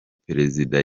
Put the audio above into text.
perezida